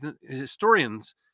historians